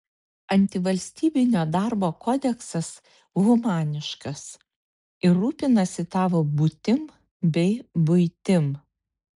antivalstybinio darbo kodeksas humaniškas ir rūpinasi tavo būtim bei buitim